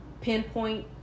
pinpoint